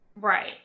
right